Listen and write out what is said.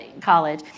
college